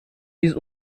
biz